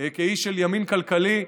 כאיש של ימין כלכלי,